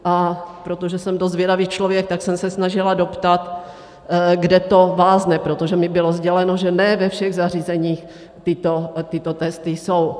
A protože jsem dost zvědavý člověk, tak jsem se snažila doptat, kde to vázne, protože mi bylo sděleno, že ne ve všech zařízeních tyto testy jsou.